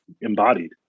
embodied